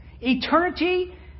Eternity